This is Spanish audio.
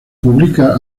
publica